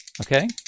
Okay